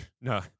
no